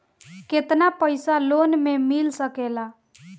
केतना पाइसा लोन में मिल सकेला?